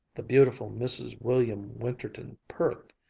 the beautiful mrs. william winterton perth,